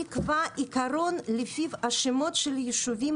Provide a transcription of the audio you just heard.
נקבע עיקרון לפיו השמות של ישובים